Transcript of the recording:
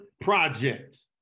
Project